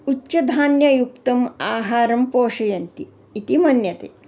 उच्चधान्ययुक्तम् आहारं पोषयन्ति इति मन्यते